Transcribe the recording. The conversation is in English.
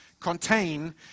contain